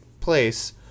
place